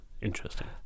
interesting